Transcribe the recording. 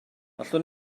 allwn